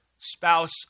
spouse